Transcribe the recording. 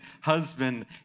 husband